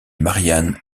marianne